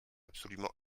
absolument